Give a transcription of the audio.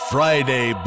Friday